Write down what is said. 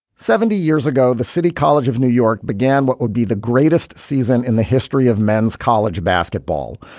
seventy years ago, the city college of new york began what would be the greatest season in the history of men's college basketball.